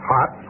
Hot